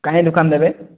ଦୋକାନ ଦେବେ